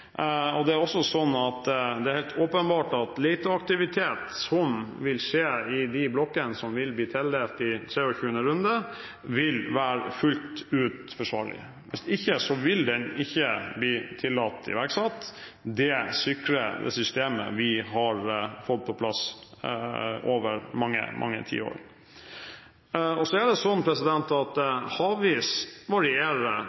er også helt åpenbart at leteaktivitet som vil skje i de blokkene som vil bli tildelt i 23. runde, vil være fullt ut forsvarlig – hvis ikke, vil den ikke bli tillatt iverksatt. Det sikrer det systemet vi har fått på plass over mange tiår. Havis varierer fra år til år, men også gjennom året. Rammene som er satt av Stortinget, tar hensyn til dette. Det